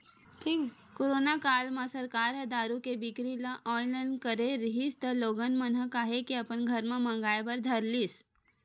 corona काल म सरकार ह दारू के बिक्री ल ऑनलाइन करे रिहिस त लोगन मन ह काहेच के अपन घर म मंगाय बर धर लिस